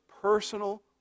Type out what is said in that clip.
personal